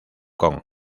kong